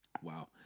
wow